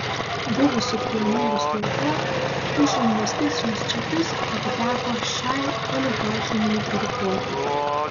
buvusių pionierių stovykla už investicinius čekius atiteko šiai oligarchinei grupuotei